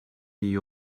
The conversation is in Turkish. iyi